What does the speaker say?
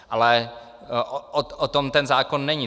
Ale o tom ten zákon není.